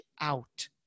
out